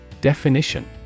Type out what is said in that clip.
Definition